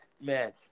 man